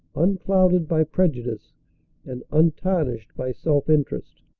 unclouded by prejudice and untarnished by self-interest.